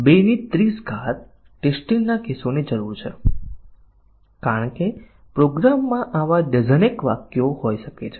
કેમ કે મજબૂત પરીક્ષણમાં નબળા પરીક્ષણના તમામ પ્રોગ્રામ એલિમેંટને આવરી લેવામાં આવે છે